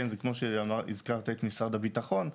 זה כמו שהזכרת את משרד הביטחון,